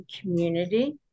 community